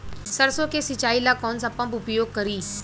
सरसो के सिंचाई ला कौन सा पंप उपयोग करी?